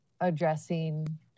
addressing